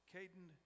Caden